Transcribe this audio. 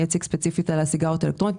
אציג ספציפית את הנתונים על הסיגריות האלקטרוניות.